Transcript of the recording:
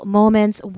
moments